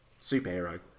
superhero